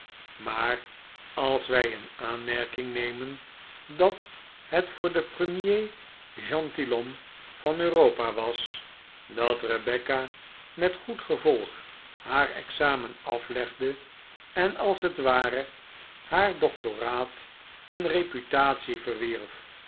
maar als wij in aanmerking nemen dat het voor den premier gentilhomme van europa was dat rebecca met goed gevolg haar examen aflegde en als het ware haar doctoraat in reputatie